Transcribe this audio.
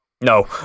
No